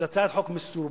זו הצעת חוק מסורבלת,